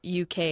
UK